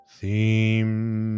Theme